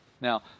Now